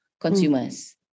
consumers